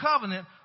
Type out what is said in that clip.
covenant